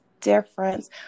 difference